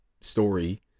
story